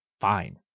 fine